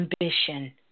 ambition